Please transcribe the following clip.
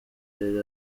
yari